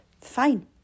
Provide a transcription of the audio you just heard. fine